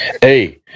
Hey